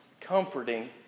comforting